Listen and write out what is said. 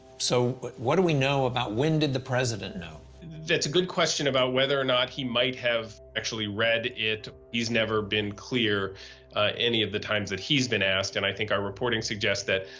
so but what do we know about. when did the president know? that's a good question about whether or not he might have actually read it. he's never been clear any of the times that he's been asked, and i think our reporting suggests that,